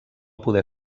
poder